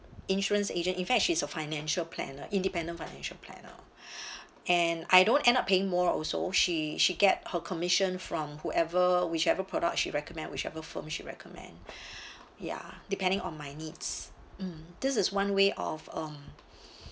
insurance agent in fact she is a financial planner independent financial planner and I don't end up paying more also she she get her commission from whoever whichever product she recommend whichever firm she recommend ya depending on my needs mm this is one way of um